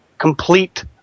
Complete